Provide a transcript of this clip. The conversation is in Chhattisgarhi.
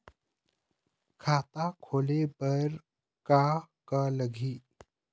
खाता खोले बर का का लगही?